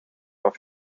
auf